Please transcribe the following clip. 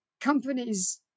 companies